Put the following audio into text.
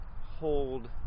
hold